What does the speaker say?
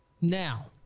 Now